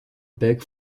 big